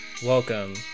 Welcome